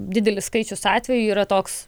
didelis skaičius atvejų yra toks